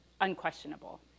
unquestionable